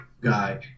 guy